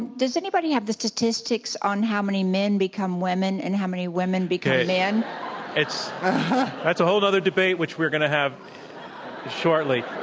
does anybody have the statistics on how many men become women and how many women become men? it's that's a whole nother debate which we're going to have shortly.